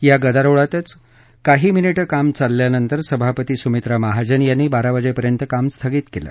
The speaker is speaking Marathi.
या गदारोळात काही मिनिटं काम चालल्यानंतर सभापती सुमित्रा महाजन यांनी बारा वाजेपर्यंत काम स्थगित केलं